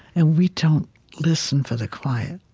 and we don't listen for the quiet.